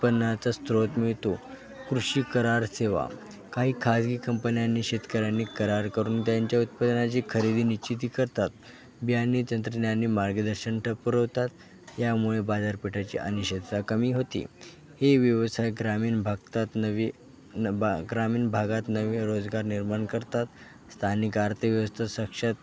उत्पन्नाचा स्त्रोत मिळतो कृषी करार सेवा काही खाजगी कंपन्यांनी शेतकऱ्यांनी करार करून त्यांच्या उत्पादनाची खरेदी निश्चिती करतात बियाणे तंत्रज्ञान आणि मार्गदर्शन ठ पुरवतात यामुळे बाजारपेठाची अनिश्चितता कमी होते हे व्यवसाय ग्रामीण भागात नवी बा ग्रामीण भागात नवीन रोजगार निर्माण करतात स्थानिक अर्थव्यवस्था साक्षात